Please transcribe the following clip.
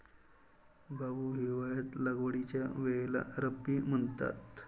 भाऊ, हिवाळ्यात लागवडीच्या वेळेला रब्बी म्हणतात